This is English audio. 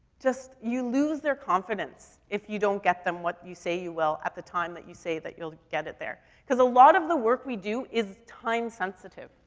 just you lose their confidence if you don't get them what you say you will at the time that you say that you'll get it there. cause a lot of the work that we do is time sensitive.